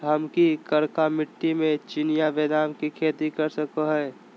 हम की करका मिट्टी में चिनिया बेदाम के खेती कर सको है?